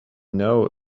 know